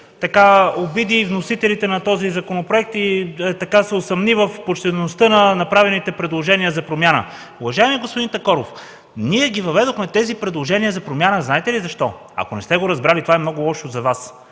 пъти обиди вносителите на този законопроект и се усъмни в почтеността на направените предложения за промяна. Уважаеми господин Такоров, ние въведохме тези предложения за промяна – знаете ли защо? Ако не сте го разбрали, това е много лошо за Вас.